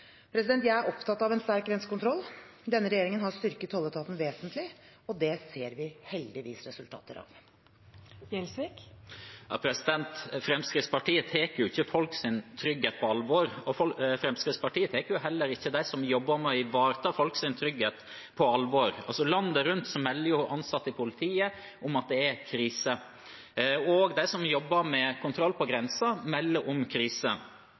Jeg er opptatt av en sterk grensekontroll. Denne regjeringen har styrket tolletaten vesentlig, og det ser vi heldigvis resultater av. Fremskrittspartiet tar ikke folks trygghet på alvor. Fremskrittspartiet tar heller ikke dem som jobber med å ivareta folks trygghet, på alvor. Landet rundt melder ansatte i politiet om at det er krise. Også de som jobber med kontroll på grensen, melder om krise.